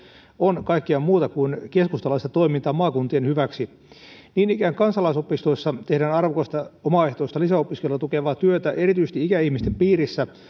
on kaikkea muuta kuin keskustalaista toimintaa maakuntien hyväksi niin ikään kansalaisopistoissa tehdään arvokasta omaehtoista lisäopiskelua tukevaa työtä erityisesti ikäihmisten piirissä